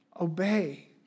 obey